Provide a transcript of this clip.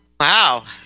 Wow